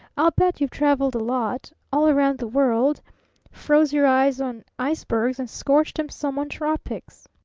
i'll bet you've traveled a lot all round the world froze your eyes on icebergs and scorched em some on tropics.